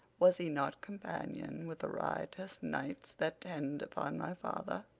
was he not companion with the riotous knights that tend upon my father?